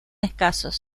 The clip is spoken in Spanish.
escasos